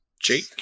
Jake